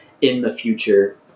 in-the-future